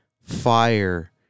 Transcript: fire